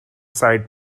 side